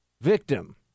victim